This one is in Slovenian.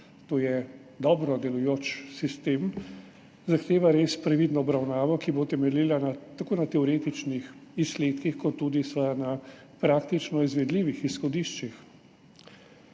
to je dobro delujoč, sistem zahteva res previdno obravnavo, ki bo temeljila tako na teoretičnih izsledkih kot tudi na praktično izvedljivih izhodiščih.